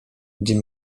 gdzie